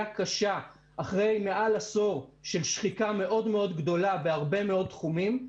קשה אחרי מעל עשור של שחיקה מאוד מאוד גדולה בהרבה מאוד תחומים,